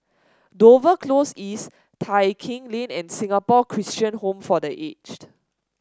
Dover Close East Tai Keng Lane and Singapore Christian Home for The Aged